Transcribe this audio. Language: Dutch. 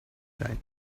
zijn